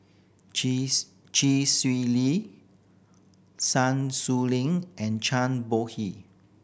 Chee Swee Lee Sun Xueling and Zhang Bohe